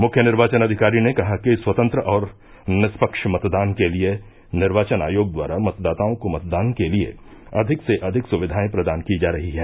मुख्य निर्वाचन अधिकारी ने कहा कि स्वतंत्र एवं निष्पक्ष मतदान के लिए निर्वाचन आयोग द्वारा मतदाताओं को मतदान के लिए अधिक से अधिक सुविधाएं प्रदान की जा रही हैं